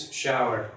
shower